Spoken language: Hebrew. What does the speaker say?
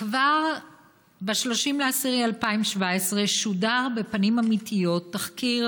כבר ב-30 באוקטובר 2017 שודר ב"פנים אמיתיות" תחקיר